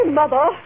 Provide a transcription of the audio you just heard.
mother